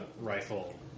rifle